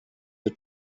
the